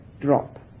drop